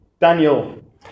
Daniel